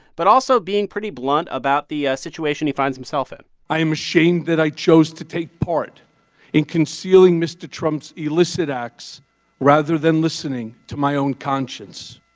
but also being pretty blunt about the ah situation he finds himself in i am ashamed that i chose to take part in concealing mr. trump's illicit acts rather than listening to my own conscience.